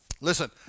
Listen